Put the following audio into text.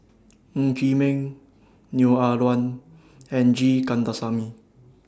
Ng Chee Meng Neo Ah Luan and G Kandasamy